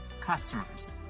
customers